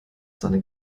seine